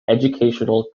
educational